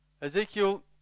Ezekiel